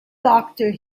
doctor